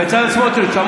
בצלאל סמוטריץ',